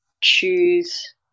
choose